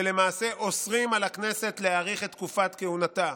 שלמעשה אוסרים על הכנסת להאריך את תקופת כהונתה.